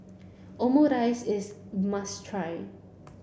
Omurice is must try